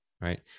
right